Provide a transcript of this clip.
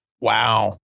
Wow